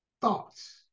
thoughts